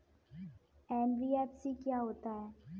NBFC क्या होता है?